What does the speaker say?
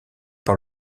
par